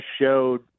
showed –